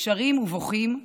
שרים ובוכים,